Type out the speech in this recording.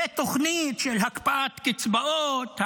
ותוכנית של הקפאת קצבאות,